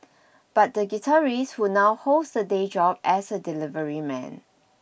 but the guitarist who now holds a day job as a delivery man